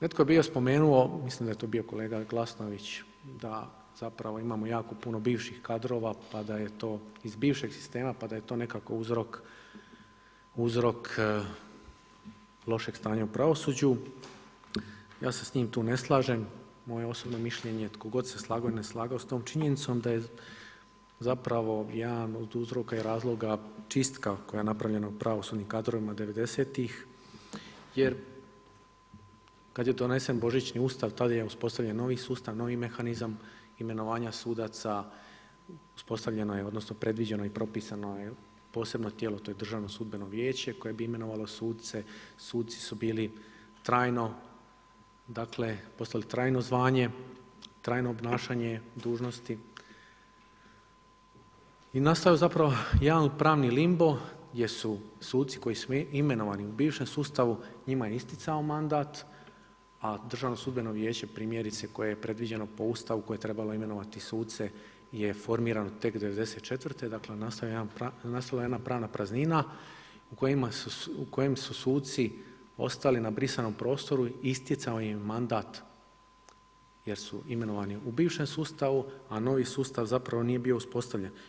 Netko je bio spomenuo, mislim da je to bio kolega Glasnović da zapravo imamo jako puno bivših kadrova pa da je to iz bivšeg sistema pa da je to nekako uzrok lošeg stanja u pravosuđu, ja se s njim tu ne slažem, moje osobno mišljenje je tko god se slagao ili ne slagao s tom činjenicom, da je zapravo jedan od uzroka i razloga, čistka koja je napravljena u pravosudnim kadrovima 90-ih jer kad je donesen božićni Ustav tad je uspostavljen novi sustav, novi mehanizam imenovanja sudaca, uspostavljeno je odnosno predviđeno je i propisano je posebno tijelo, to je Državno sudbeno vijeće koje bi imenovalo suce, suci su postali trajmo zvanje, trajno obnašanje dužnosti i nastao je zapravo jedan pravni limbo gdje su suci koji su imenovani u bivšem sustavu, njima je isticao mandat, a DSV primjerice koje je predviđeno po Ustavu koje je trebalo imenovati suce jer formirano te '94., dakle nastao je jedna pravna praznina u kojoj su suci ostali na brisanom prostoru, istjecao im je mandat jer su imenovani u bivšem sustavu a novi sustav zapravo nije bio uspostavljen.